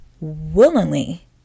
willingly